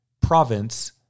province